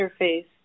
interface